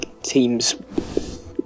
teams